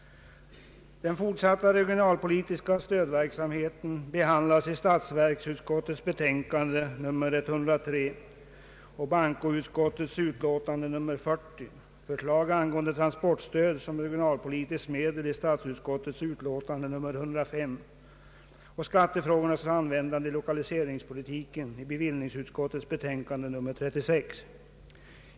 Den fortsatta regionalpolitiska stödverksamheten behandlas i statsutskottets utlåtande nr 103 och i bankoutskottets utlåtande nr 40, förslag angående transportstöd som =: regionalpolitiskt medel i statsutskottets utlåtande nr 105 och skattefrågornas användande i lokaliseringspolitiken i bevillningsutskottets betänkande nr 36.